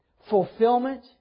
fulfillment